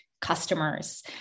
customers